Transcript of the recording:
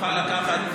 תוכל לקחת,